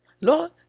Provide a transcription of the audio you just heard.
lord